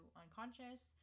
unconscious